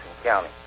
County